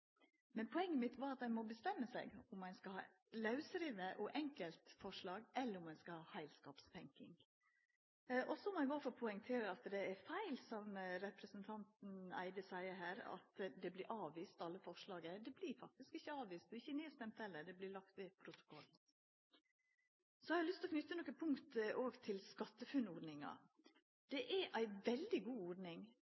Men poenget mitt var at ein må bestemma seg om ein skal ha lausrivne enkeltforslag, eller om ein skal ha heilskapstenking. Så må eg poengtera at det som representanten Andersen Eide seier her, at alle forslaga vert avviste, er feil. Dei vert ikkje avviste, og ikkje nedstemde heller. Dei vert å leggja ved protokollen. Så har eg òg lyst til å knyta nokre punkt til